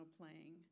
playing